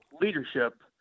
leadership